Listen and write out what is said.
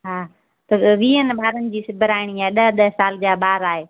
हा त वीह ॿारनि जी सिबाइणी आहे ॾह ॾह साल जा ॿारु आहे